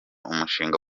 umushinga